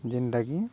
ଯେନ୍ଟାକି